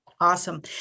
Awesome